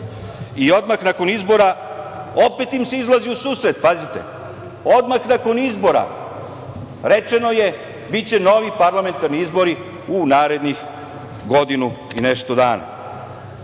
i odmah nakon izbora opet im se izlazi u susret. Pazite, odmah nakon izbora rečeno je – biće novi parlamentarni izbori u narednih godinu i nešto dana.